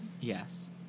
Yes